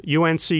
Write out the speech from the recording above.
UNC